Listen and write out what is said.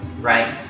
right